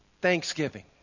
Thanksgiving